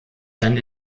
dann